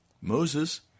Moses